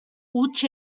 huts